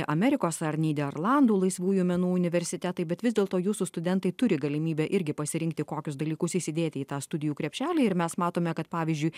amerikos ar nyderlandų laisvųjų menų universitetai bet vis dėlto jūsų studentai turi galimybę irgi pasirinkti kokius dalykus įsidėti į tą studijų krepšelį ir mes matome kad pavyzdžiui